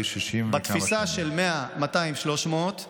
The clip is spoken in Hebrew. בתפיסה של 100, 200, 300,